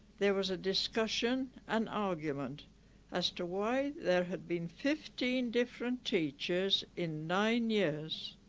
there was a discussion and argument as to why there had been fifteen different teachers in nine years